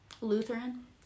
Lutheran